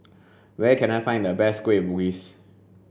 where can I find the best kueh bugis